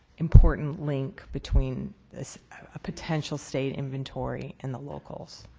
important link between a potential state inventory and the locals?